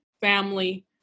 family